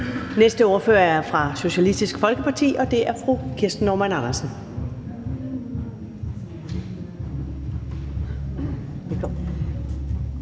Næste ordfører er fra Socialistisk Folkeparti, og det er fru Kirsten Normann Andersen.